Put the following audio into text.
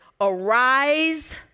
arise